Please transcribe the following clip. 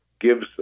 gives